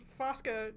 Fosca